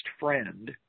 friend